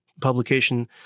publication